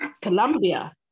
Colombia